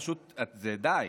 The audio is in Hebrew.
פשוט, די.